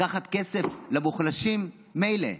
לקחת כסף למוחלשים, מילא.